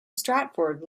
stratford